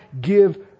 give